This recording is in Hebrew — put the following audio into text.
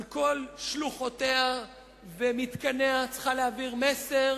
על כל שלוחותיה ומתקניה, צריכה להעביר מסר